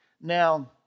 Now